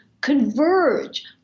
converge